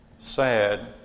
sad